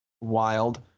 wild